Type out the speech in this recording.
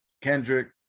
Kendrick